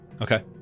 Okay